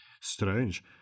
Strange